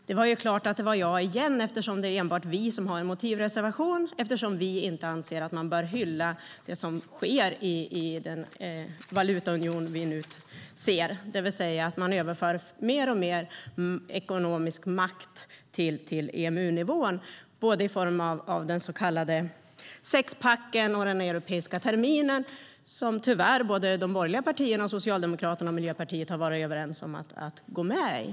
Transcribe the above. Herr talman! Det är enbart vi som har en motivreservation, eftersom vi anser att man inte bör hylla det som sker i valutaunionen, det vill säga att man överför mer och mer ekonomisk makt till EMU-nivån, i form av både den så kallade sexpacken och den europeiska terminen. Tyvärr har såväl de borgerliga partierna som Socialdemokraterna och Miljöpartiet varit överens om att gå med på detta.